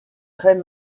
très